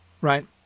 right